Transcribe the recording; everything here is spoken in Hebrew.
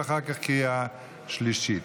ואחר כך קריאה שלישית.